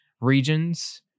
regions